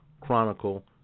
Chronicle